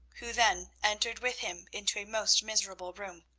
who then entered with him into a most miserable room.